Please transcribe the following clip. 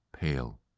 pale